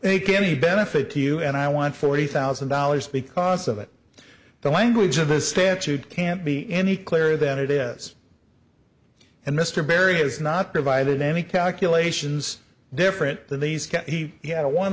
make any benefit to you and i want forty thousand dollars because of it the language of the statute can't be any clearer than it is and mr berry has not provided any calculations different than these can he he had a one